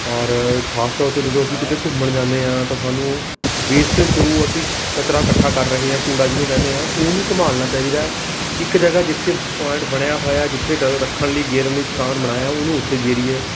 ਔਰ ਖਾਸ ਤੌਰ 'ਤੇ ਜਦੋਂ ਅਸੀਂ ਕਿਤੇ ਘੁੰਮਣ ਜਾਂਦੇ ਹਾਂ ਤਾਂ ਸਾਨੂੰ ਵੇਸਟ ਜੋ ਅਸੀਂ ਕਚਰਾ ਇਕੱਠਾ ਕਰ ਰਹੇ ਹਾਂ ਕੂੜਾ ਜਿਹਨੂੰ ਕਹਿੰਦੇ ਹਾਂ ਉਹਨੂੰ ਸੰਭਾਲਣਾ ਚਾਹੀਦਾ ਇੱਕ ਜਗ੍ਹਾ ਜਿੱਥੇ ਪੁਆਇੰਟ ਬਣਿਆ ਹੋਇਆ ਹੈ ਜਿੱਥੇ ਡ ਰੱਖਣ ਲਈ ਗੇਰਨ ਲਈ ਸਥਾਨ ਬਣਾਇਆ ਉਹਨੂੰ ਉੱਥੇ ਗੇਰੀਏ